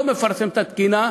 לא מפרסם את התקינה,